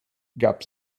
gab